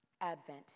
Advent